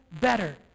better